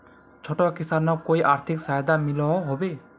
छोटो किसानोक कोई आर्थिक सहायता मिलोहो होबे?